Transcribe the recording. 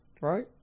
Right